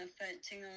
affecting